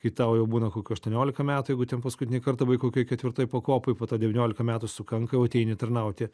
kai tau jau būna kokių aštuoniolika metų jeigu ten paskutinį kartą buvai kokioj ketvirtoj pakopoj po to devyniolika metų sukanka jau ateini tarnauti